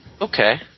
Okay